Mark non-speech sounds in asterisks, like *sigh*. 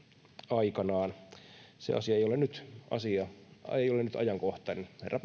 aikanaan se asia ei ole nyt ajankohtainen herra *unintelligible*